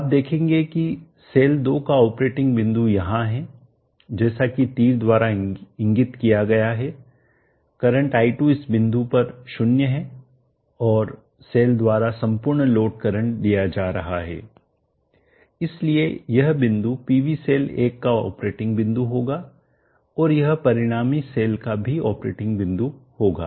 आप देखेंगे कि सेल 2 का ऑपरेटिंग बिंदु यहाँ है जैसा कि तीर द्वारा इंगित किया गया है करंट i2 इस बिंदु पर 0 है और सेल द्वारा संपूर्ण लोड करंट दिया जाता है इसलिए यह बिंदु PV सेल 1 का ऑपरेटिंग बिंदु होगा और यह परिणामी सेल का भी ऑपरेटिंग बिंदु होगा